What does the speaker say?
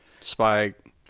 Spike